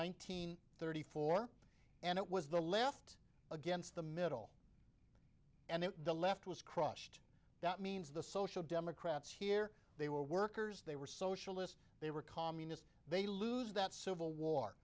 hundred thirty four and it was the left against the middle and the left was crushed that means the social democrats here they were workers they were socialists they were communists they lose that civil war